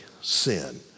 sin